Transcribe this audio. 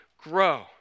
grow